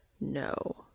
No